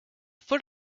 foot